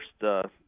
first